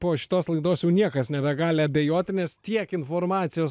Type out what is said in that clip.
po šitos laidos jau niekas nebegali abejoti nes tiek informacijos